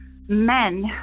men